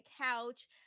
couch